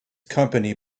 company